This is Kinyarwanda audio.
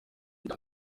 ibya